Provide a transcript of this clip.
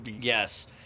Yes